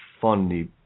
funny